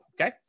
okay